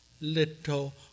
little